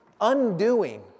undoing